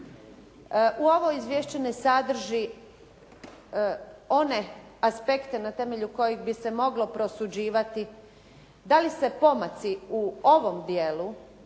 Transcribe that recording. Ovo izvješće ne sadrži one aspekte na temelju kojih bi se moglo prosuđivati da li se pomaci u ovom dijelu,